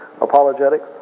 apologetics